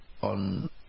on